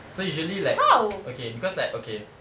so usually like okay because like okay